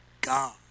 God